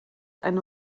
eine